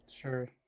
Sure